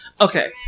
Okay